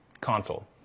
console